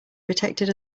protected